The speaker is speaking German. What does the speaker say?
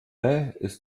ist